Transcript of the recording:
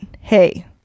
hey